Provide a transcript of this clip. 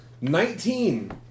Nineteen